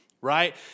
Right